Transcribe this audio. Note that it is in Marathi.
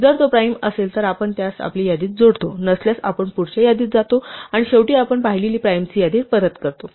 जर तो प्राइम असेल तर आपण त्यास आपली यादीत जोडतो नसल्यास आपण पुढच्या यादीत जातो आणि शेवटी आपण पाहिलेली प्राइमची यादी परत करतो